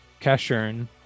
Kashurn